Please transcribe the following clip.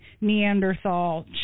Neanderthal